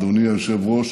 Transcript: אדוני היושב-ראש,